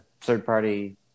third-party